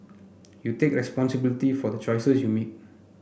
you take responsibility for the choices you make